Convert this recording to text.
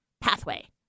pathway